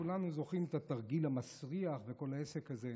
כולנו זוכרים את התרגיל המסריח וכל העסק הזה,